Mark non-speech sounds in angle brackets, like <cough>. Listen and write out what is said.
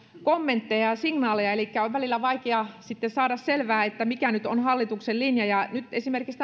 kommentteja ja signaaleja elikkä on välillä vaikea sitten saada selvää mikä nyt on hallituksen linja nyt esimerkiksi <unintelligible>